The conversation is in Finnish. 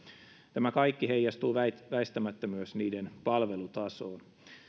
tämä kaikki heijastuu väistämättä myös niiden palvelutasoon